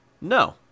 No